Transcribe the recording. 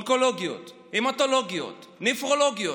אונקולוגיות, המטולוגיות, נפרולוגיות,